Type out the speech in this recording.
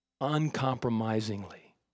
uncompromisingly